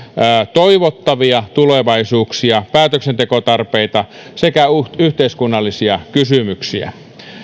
toivottavia tulevaisuuksia päätöksentekotarpeita sekä yhteiskunnallisia kysymyksiä